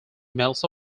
melts